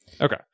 Okay